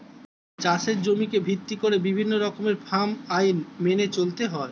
চাষের জমিকে ভিত্তি করে বিভিন্ন রকমের ফার্ম আইন মেনে চলতে হয়